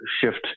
shift